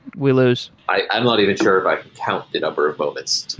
we lose. i'm not even sure if i can count the number of moments